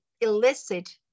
illicit